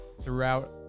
throughout